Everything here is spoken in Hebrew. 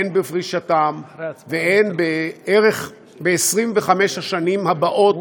הן בפרישתם והן בערך ב-25 השנים הבאות